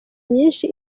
myinshi